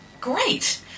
Great